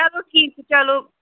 چلو ٹھیٖک چھُ چلو